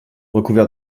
recouvert